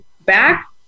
back